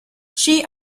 she